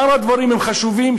שאר הדברים הם חשובים,